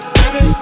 baby